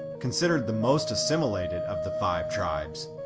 considered the most assimilated of the five tribes,